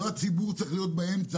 לא הציבור צריך להיות באמצע.